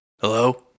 Hello